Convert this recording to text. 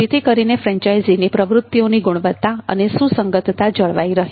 જેથી કરીને ફ્રેન્ચાઇઝીની પ્રવૃત્તિઓની ગુણવત્તા અને સુસંગતતા જળવાઈ રહે